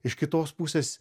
iš kitos pusės